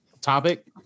topic